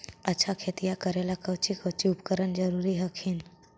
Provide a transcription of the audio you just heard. अच्छा खेतिया करे ला कौची कौची उपकरण जरूरी हखिन?